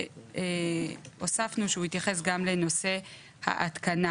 ובו הוספנו שהוא יתייחס גם לנושא ההתקנה